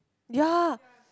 ya